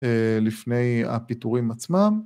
לפני הפיטורים עצמם.